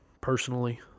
personally